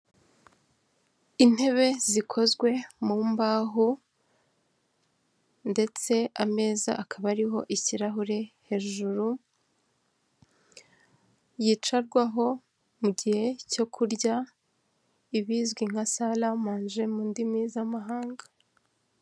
Intebe zikozwe mu mbaho ndetse ameza akaba ariho ikirahure hejuru, yicarwaho mu gihe cyo kurya ibizwi nka sala manje mu ndimi z'amahanga.